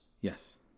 Yes